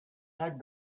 had